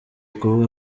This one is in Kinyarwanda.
kuvuga